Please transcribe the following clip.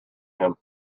him